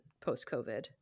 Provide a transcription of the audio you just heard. post-COVID